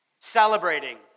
celebrating